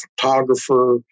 photographer